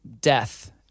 death